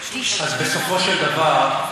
אז בסופו של דבר,